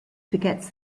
forgets